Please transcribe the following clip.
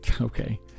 Okay